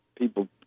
People